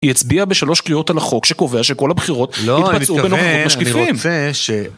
היא הצביעה בשלוש קריאות על החוק שקובע שכל הבחירות יתבצעו בנוכחות משקיפים.